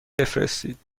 بفرستید